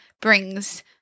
brings